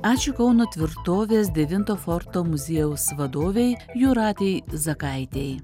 ačiū kauno tvirtovės devinto forto muziejaus vadovei jūratei zakaitei